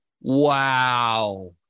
Wow